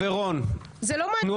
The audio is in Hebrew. נתתם לכל האופוזיציה שלוש ועדות.